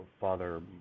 father